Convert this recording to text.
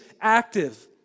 active